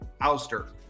ouster